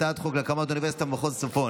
הצעת חוק להקמת אוניברסיטה במחוז הצפון,